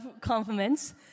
compliments